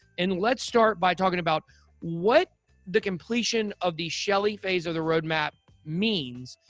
and let's start by talking about what the completion of the shelley phase of the roadmap means.